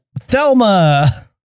Thelma